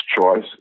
choice